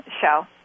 show